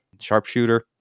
sharpshooter